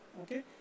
okay